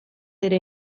ere